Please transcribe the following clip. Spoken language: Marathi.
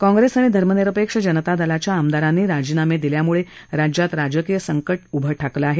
काँग्रेस आणि धर्मनिरपेक्ष जनता दलाच्या आमदारांनी राजीनामे दिल्यामुळे राज्यात राजकीय संकट उभं ठाकलं आहे